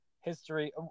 history